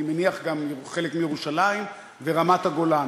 אני מניח שגם חלק מירושלים ורמת-הגולן.